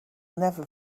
never